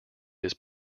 his